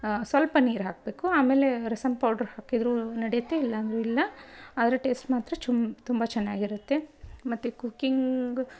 ಸ್ವಲ್ಪ ನೀರು ಹಾಕಬೇಕು ಆಮೇಲೇ ರಸಮ್ ಪೌಡ್ರ್ ಹಾಕಿದರೂ ನಡೆಯುತ್ತೆ ಇಲ್ಲ ಅಂದರೂ ಇಲ್ಲ ಆದರೆ ಟೇಸ್ಟ್ ಮಾತ್ರ ಚುಮ್ ತುಂಬ ಚೆನ್ನಾಗಿರುತ್ತೆ ಮತ್ತು ಕುಕ್ಕಿಂಗ್